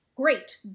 great